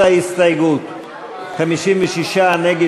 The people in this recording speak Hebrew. ההסתייגות לחלופין (ה) של קבוצת סיעת מרצ,